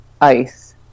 ice